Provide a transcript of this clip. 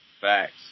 Facts